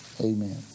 Amen